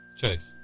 Chase